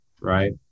right